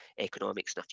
economics